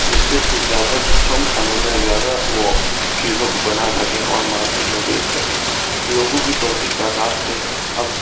جس سے کہ زیادہ کم سمے میں زیادہ وہ چیزوں کو بنا سکیں اور مارکیٹ میں بیچ سکیں لوگوں کی بڑھتی تعداد سے اب